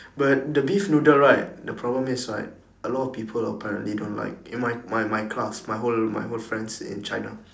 but the beef noodle right the problem is right a lot of people apparently don't like in my my my my class my whole my whole friends in china